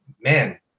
man